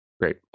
great